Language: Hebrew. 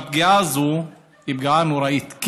והפגיעה הזאת היא פגיעה נוראית,